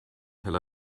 tel